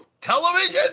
Television